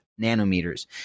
nanometers